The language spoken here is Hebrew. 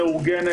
מאורגנת,